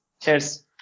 Cheers